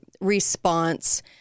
response